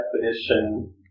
definition